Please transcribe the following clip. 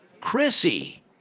Chrissy